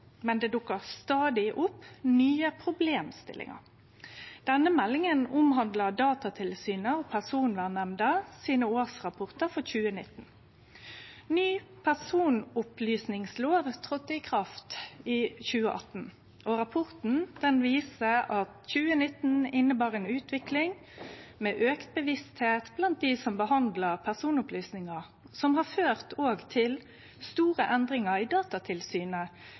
men det dukkar stadig opp nye problemstillingar. Denne meldinga omhandlar Datatilsynet og Personvernnemnda sine årsrapportar for 2019. Ny personopplysningslov tredde i kraft i 2018, og rapporten viser at 2019 innebar ei utvikling med auka bevisstheit blant dei som behandlar personopplysningar, som òg har ført til store endringar i både oppgåvene, arbeidsforma og organiseringa til Datatilsynet.